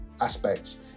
aspects